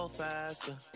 faster